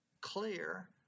clear